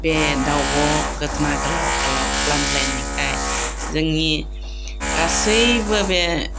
बे दावब' गोदोना गोलाव गोलाव खालामग्लायनायखाय जोंनि गासैबो बे